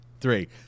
three